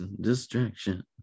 Distraction